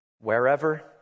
Wherever